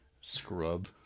Scrub